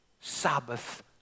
Sabbath